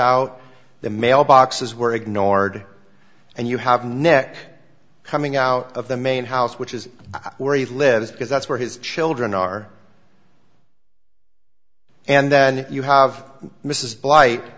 out the mailboxes were ignored and you have neck coming out of the main house which is where he lives because that's where his children are and then you have mrs blight